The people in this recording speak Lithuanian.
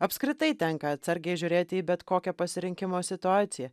apskritai tenka atsargiai žiūrėti į bet kokią pasirinkimo situaciją